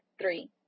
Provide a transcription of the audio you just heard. three